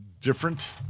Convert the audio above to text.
different